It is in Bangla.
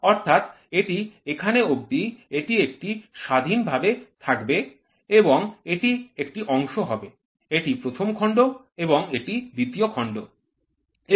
অর্থাৎ এটি এখানে অবধি এটি একটি স্বাধীন ভাবে থাকবে এবং এটি একটি অংশ হবে এটি প্রথম খন্ড এবং এটি দ্বিতীয় খণ্ড হবে